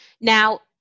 now